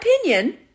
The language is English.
opinion